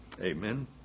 Amen